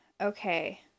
Okay